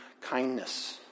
kindness